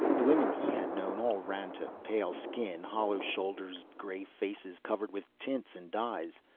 the women he had known all ran to pale skin, hollow shoulders, gray faces covered with tints and dyes.